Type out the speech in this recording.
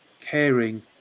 caring